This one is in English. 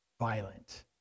violent